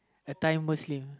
a Thai Muslim